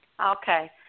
Okay